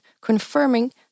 confirming